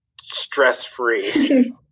stress-free